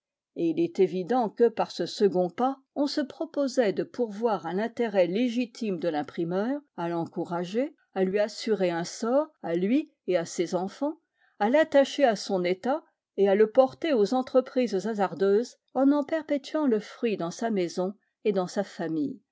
et il est évident que par ce second pas on se proposait de pourvoir à l'intérêt légitime de l'imprimeur à l'encourager à lui assurer un sort à lui et à ses enfants à l'attacher à son état et à le porter aux entreprises hasardeuses en en perpétuant le fruit dans sa maison et dans sa famille